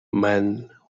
men